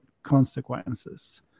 consequences